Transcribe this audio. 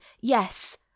Yes